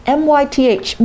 myth